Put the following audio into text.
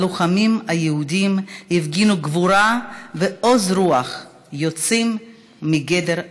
הלוחמים היהודים הפגינו גבורה ועוז רוח יוצאים מגדר הרגיל.